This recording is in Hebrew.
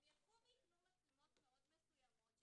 הם ילכו ויקנו מצלמות מאוד מסוימות,